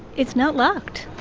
it's not locked